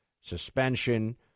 suspension